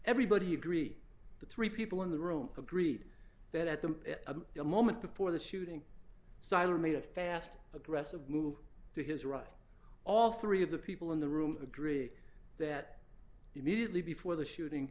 everybody agree the three people in the room agreed that at the moment before the shooting siler made a fast aggressive move to his right all three of the people in the room agree that immediately before the shooting